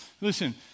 Listen